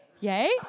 yay